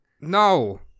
No